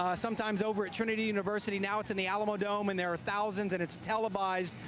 ah sometimes over at trinity university, now it's in the alamodome, and there are thousands and it's televised.